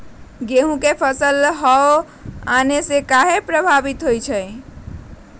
गेंहू के फसल हव आने से काहे पभवित होई छई?